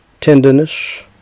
tenderness